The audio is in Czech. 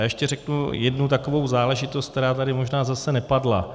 Ještě řeknu jednu takovou záležitost, která tady možná zase nepadla.